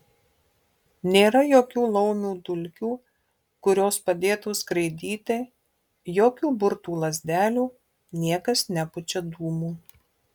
nėra jokių laumių dulkių kurios padėtų skraidyti jokių burtų lazdelių niekas nepučia dūmų